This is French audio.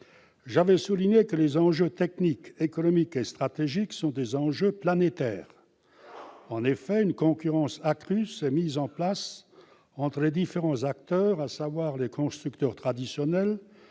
alors souligné que les enjeux techniques, économiques et stratégiques étaient planétaires. En effet, une concurrence accrue s'est mise en place entre les différents acteurs, à savoir les constructeurs traditionnels,